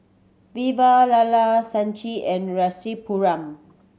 Vivalala Sachin and Rasipuram